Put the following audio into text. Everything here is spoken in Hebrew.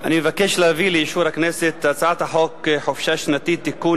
אני אבקש להביא לאישור הכנסת את הצעת חוק חופשה שנתית (תיקון,